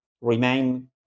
remain